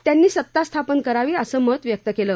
त्यांनी सत्ता स्थापित करावी असं आपलं मत व्यक्त केलं